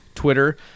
Twitter